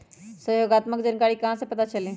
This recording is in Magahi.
सहयोगात्मक जानकारी कहा से पता चली?